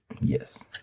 Yes